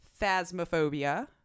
Phasmophobia